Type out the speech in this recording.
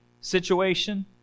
situation